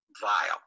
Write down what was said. vile